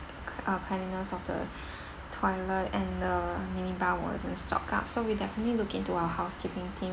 uh cleanliness of the toilet and the mini bar wasn't stock up so we'll definitely look into our housekeeping team